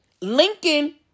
Lincoln